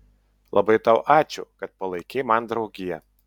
labai tau ačiū kad palaikei man draugiją